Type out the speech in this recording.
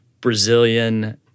Brazilian